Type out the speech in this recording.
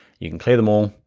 you can clear them all.